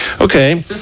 okay